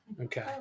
okay